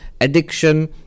addiction